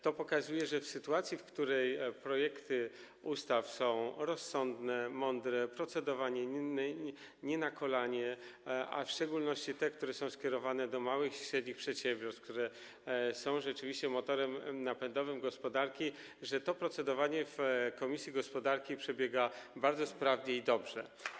To pokazuje, że w sytuacji, w której projekty ustaw są rozsądne, mądre, procedowane nie na kolanie, w szczególności te skierowane do małych i średnich przedsiębiorstw, które są rzeczywiście motorem napędowym gospodarki, procedowanie w Komisji Gospodarki i Rozwoju przebiega bardzo sprawnie i dobrze.